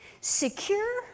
secure